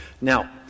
Now